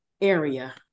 area